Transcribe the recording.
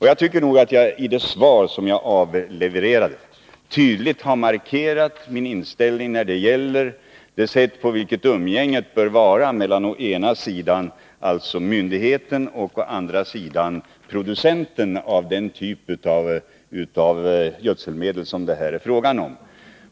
Jag tycker nog att jag i det svar som jag avlevererade tydligt har markerat min inställning i fråga om hur umgänget bör vara mellan å ena sidan myndigheten och å andra sidan producenten av den typ av gödselmedel som det här är fråga om.